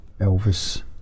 Elvis